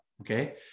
Okay